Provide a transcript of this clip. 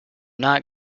not